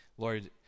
Lord